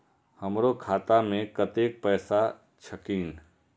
हमरो खाता में कतेक पैसा छकीन?